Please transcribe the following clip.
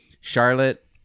Charlotte